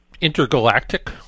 intergalactic